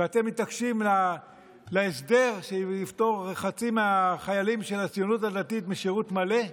ואתם מתעקשים על הסדר שיפטור חצי מהחיילים של הציונות הדתית משירות מלא?